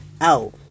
out